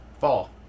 fall